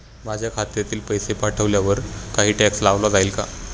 माझ्या खात्यातील पैसे पाठवण्यावर काही टॅक्स लावला जाईल का?